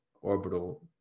orbital